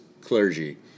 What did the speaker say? clergy